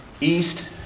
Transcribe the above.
east